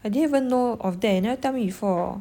I don't even know of that you never tell me before